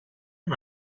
can